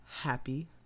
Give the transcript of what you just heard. Happy